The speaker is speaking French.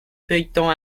feuilletons